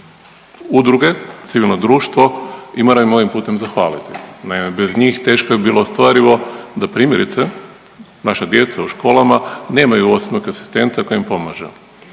udruge, civilno društvo i moramo im ovim putem zahvaliti. Naime, bez njih teško je bilo ostvarivo da primjerice naša djeca u školama nemaju osobnog asistenta da im pomaže.